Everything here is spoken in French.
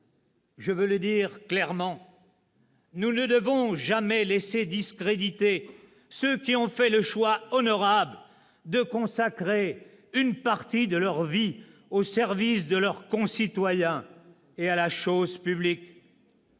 Je veux le dire clairement : nous ne devons jamais laisser discréditer ceux qui ont fait le choix honorable de consacrer une partie de leur vie au service de leurs concitoyens et à la chose publique.